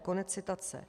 Konec citace.